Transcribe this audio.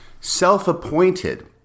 self-appointed